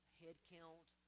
headcount